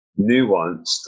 nuanced